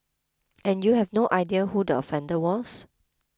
and you have no idea who the offender was